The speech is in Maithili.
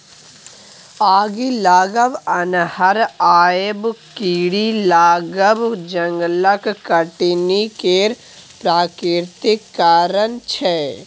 आगि लागब, अन्हर आएब, कीरी लागब जंगलक कटनी केर प्राकृतिक कारण छै